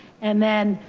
and then.